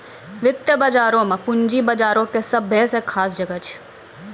वित्तीय बजारो मे पूंजी बजारो के सभ्भे से खास जगह छै